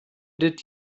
did